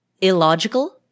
illogical